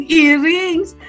earrings